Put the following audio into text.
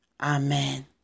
Amen